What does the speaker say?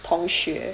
同学